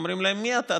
ואומרים להם: מי אתה?